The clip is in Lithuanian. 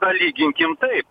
palyginkim taip